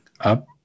up